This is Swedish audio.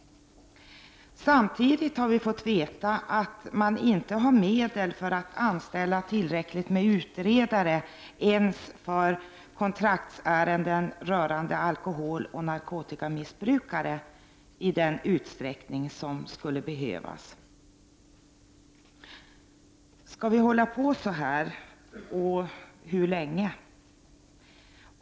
Samtidigt har vi fått veta att det saknas medel för att anställa tillräckligt antal utredare ens för kontraktsärenden rörande alkoholoch narkotikamissbrukare. Skall vi hålla på så här och hur länge i så fall?